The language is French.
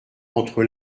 entre